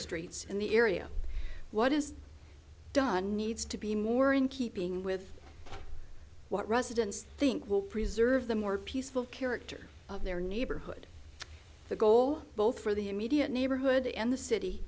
streets in the area what is done needs to be more in keeping with what residents think will preserve the more peaceful character of their neighborhood the goal both for the immediate neighborhood and the city